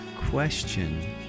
question